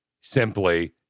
simply